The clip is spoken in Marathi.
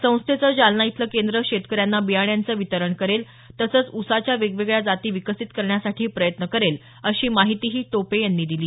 संस्थेचं जालना इथलं केंद्र शेतकऱ्यांना बियाणांचं वितरण करेल तसंच ऊसाच्या वेगवेगळ्या जाती विकसित करण्यासाठीही प्रयत्न करेल अशी माहितीही टोपे यांनी दिली